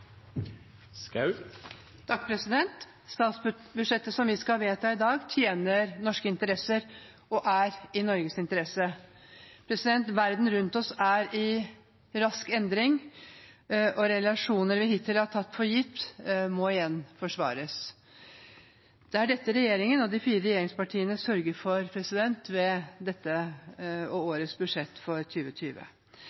i Norges interesse. Verden rundt oss er i rask endring, og relasjoner vi hittil har tatt for gitt, må igjen forsvares. Det er dette regjeringen og de fire regjeringspartiene sørger for ved statsbudsjettet for 2020. I en tid da verden er i rask endring, er regjeringen en garantist for norsk posisjon i viktige internasjonale forbund. Det er vi ved å